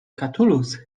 catullus